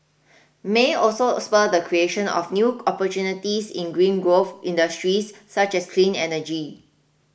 may also spur the creation of new opportunities in green growth industries such as clean energy